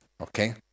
okay